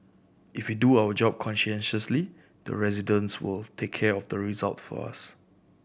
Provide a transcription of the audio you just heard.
if we do our job conscientiously the residents will take care of the result for us